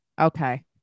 Okay